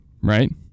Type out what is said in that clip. right